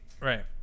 Right